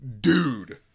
dude